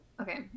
okay